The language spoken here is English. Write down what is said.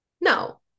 no